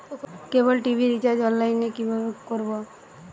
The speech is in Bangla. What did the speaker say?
কেবল টি.ভি রিচার্জ অনলাইন এ কিভাবে করব?